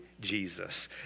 Jesus